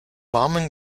warmen